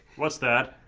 what's that?